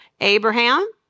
Abraham